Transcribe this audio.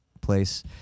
place